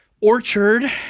orchard